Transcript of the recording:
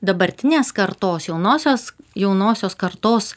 dabartinės kartos jaunosios jaunosios kartos